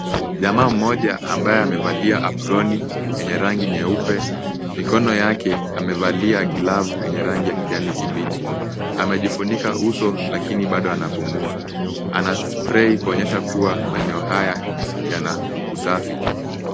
Jamaa mmoja ambaye amevalia aproni yenye rangi nyeupe, mikono yake amevalia glavu yenye rangi ya kijani kibichi. Amejifunika uso lakini bado anapumua. Anaspray kuonyesha kuwa maeneo haya yana usafi.